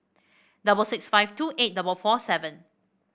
double six five two eight double four seven